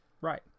Right